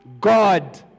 God